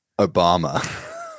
Obama